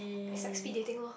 is like speed dating loh